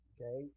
Okay